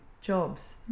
jobs